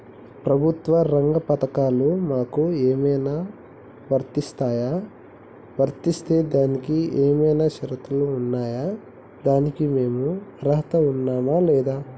ప్రభుత్వ రంగ పథకాలు మాకు ఏమైనా వర్తిస్తాయా? వర్తిస్తే దానికి ఏమైనా షరతులు ఉన్నాయా? దానికి మేము అర్హత ఉన్నామా లేదా?